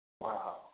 Wow